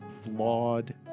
flawed